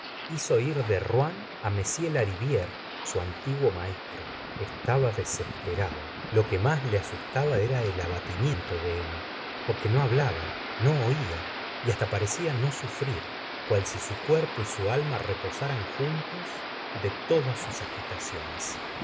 hizo ir de rouen a l lari viére su antiguo maestro estaba desesperado lo que más le asu taba era el abatimiento de emma porque no hablaba no oia y hasta parecia no sufrir cual si su cuerpo y su alma reposaran juntos de todas sus agitaciones